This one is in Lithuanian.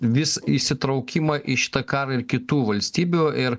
vis įsitraukimą į šitą karą ir kitų valstybių ir